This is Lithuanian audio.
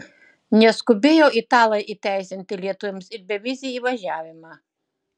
neskubėjo italai įteisinti lietuviams ir bevizį įvažiavimą